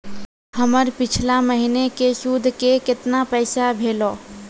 हमर पिछला महीने के सुध के केतना पैसा भेलौ?